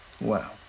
wow